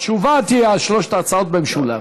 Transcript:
תשובה תהיה על שלוש ההצעות במשולב.